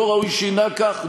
לא ראוי שינהג כך,